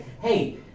hey